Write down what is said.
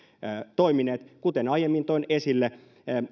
toimineet kuten aiemmin toin esille